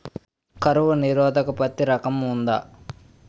కరువు నిరోధక పత్తి రకం ఉందా?